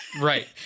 Right